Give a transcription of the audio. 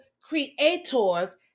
creators